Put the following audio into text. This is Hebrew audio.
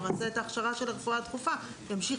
הוא יעשה את ההכשרה של הרפואה הדחופה וימשיך